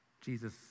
Jesus